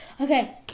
Okay